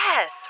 Yes